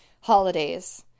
holidays